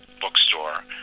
bookstore